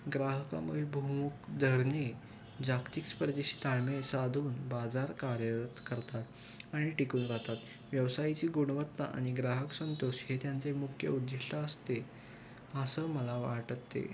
ग्राहकामध्ये प्रमुख धोरणे जागतिक स्पर्धेशी ताळमेळ साधून बाजार कार्यरत करतात आणि टिकून राहतात व्यवसायाची गुणवत्ता आणि ग्राहक संतोष हे त्यांचे मुख्य उद्दिष्ट असते असं मला वाटतं ते